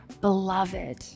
beloved